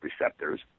receptors